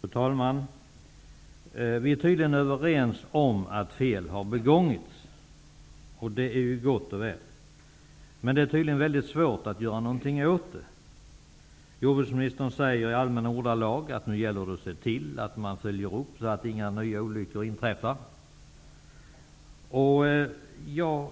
Fru talman! Vi är tydligen överens om att fel har begåtts, och det är gott och väl. Men det är tydligen mycket svårt att göra något åt det. Jordbruksministern säger i allmänna ordalag att det nu gäller att se till att man följer upp det här så att inga nya olyckor inträffar. Jag